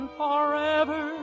forever